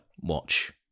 watch